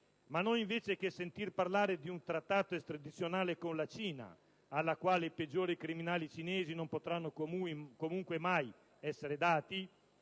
Ma noi invece che sentir parlare di un trattato di estradizione con la Cina, alla quale i peggiori criminali cinesi non potranno comunque mai essere dati,